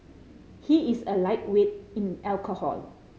he is a lightweight in alcohol